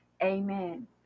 amen